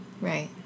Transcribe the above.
Right